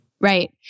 Right